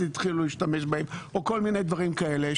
התחילו להשתמש בהם או כל מיני דברים כאלה.